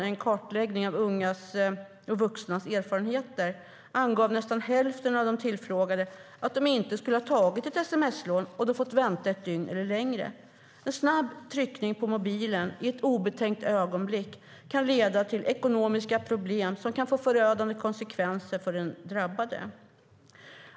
E n kartläggning av unga vuxnas erfarenheter angav nästan hälften av de tillfrågade att de inte skulle ha tagit ett sms-lån om de hade fått vänta ett dygn eller längre. En snabb tryckning på mobilen i ett obetänkt ögonblick kan leda till ekonomiska problem som kan få förödande konsekvenser för den drabbade.